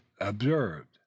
observed